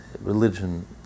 religion